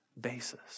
basis